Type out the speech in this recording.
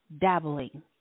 dabbling